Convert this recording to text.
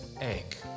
egg